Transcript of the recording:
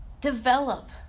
develop